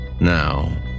Now